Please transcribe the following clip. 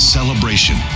Celebration